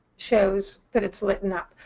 shows that it's litten up.